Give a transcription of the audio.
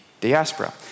diaspora